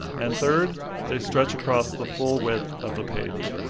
and third, they stretch across the full width of the page.